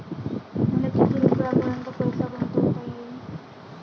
मले किती रुपयापर्यंत पैसा गुंतवता येईन?